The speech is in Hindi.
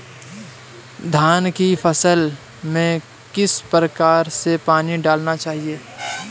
धान की फसल में किस प्रकार से पानी डालना चाहिए?